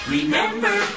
Remember